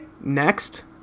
next